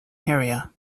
area